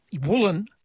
woolen